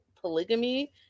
polygamy